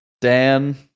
Dan